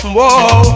Whoa